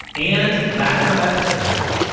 and that's our episode.